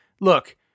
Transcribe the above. look